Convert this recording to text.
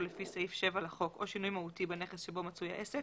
לפי סעיף 7 לחוק או שינוי מהותי בנכס שבו מצוי העסק"